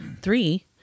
three